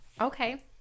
okay